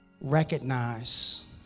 recognize